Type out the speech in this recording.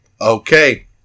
Okay